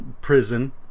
prison